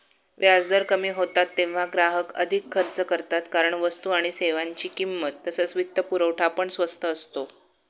व्याजदर कमी होतात तेव्हा ग्राहक अधिक खर्च करतात कारण वस्तू आणि सेवांची किंमत तसेच वित्तपुरवठा पण स्वस्त असतो